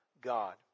God